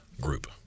group